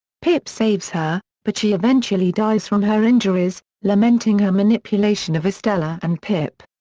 pip saves her, but she eventually dies from her injuries, lamenting her manipulation of estella and pip.